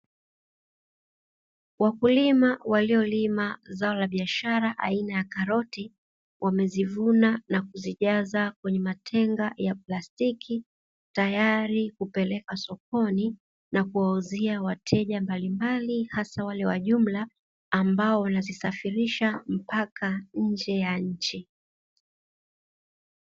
Wakulima waliolima zao la biashara aina ya karoti, wamezivuna na kuzijaza kwenye matenga ya plastiki. Tayari kupeleka sokoni na kuwauzia wateja mbalimbali, hasa wale wa jumla ambao wanazisafirisha mpaka nje ya nchi.